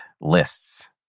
lists